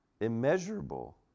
immeasurable